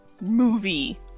movie